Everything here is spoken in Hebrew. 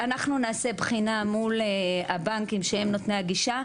אנחנו נעשה בחינה מול הבנקים שהם נותני הגישה.